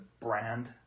brand